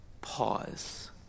pause